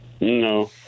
No